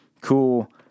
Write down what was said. cool